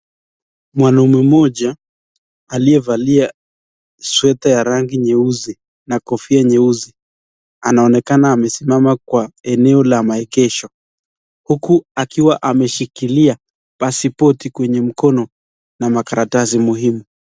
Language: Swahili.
Mwanaume mmoja aliyevalia sweta ya rangi nyeusi na kofia nyeusi anaonekana amesimama kwa eneo la maegesho huku akiwa ameshikilia pasipoti kwenye mkono na makaratasi muhimu.